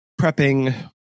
prepping